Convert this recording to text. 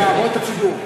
הערות הציבור.